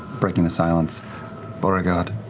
breaking the silence beauregard?